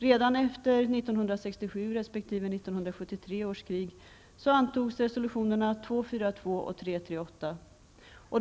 Redan efter 1967 och 1973 års krig antog säkerhetsrådet resolutionerna 242 och 338.